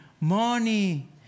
money